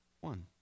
One